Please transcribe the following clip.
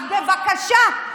אז בבקשה,